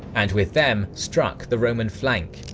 and with them, struck the roman flank.